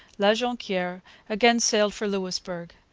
la jonquiere again sailed for louisbourg.